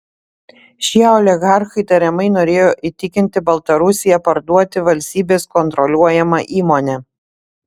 šie oligarchai tariamai norėjo įtikinti baltarusiją parduoti valstybės kontroliuojamą įmonę